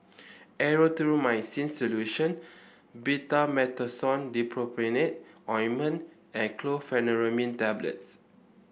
Erythroymycin Solution Betamethasone Dipropionate Ointment and Chlorpheniramine Tablets